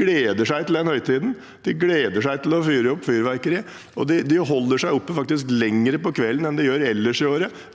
gleder seg til den høytiden, gleder seg til å fyre opp fyrverkeri, og de holder seg faktisk oppe lenger den kvelden enn de gjør ellers i året